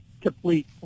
complete